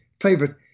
favorite